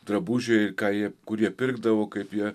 drabužiui ką ji kur jie pirkdavo kaip jie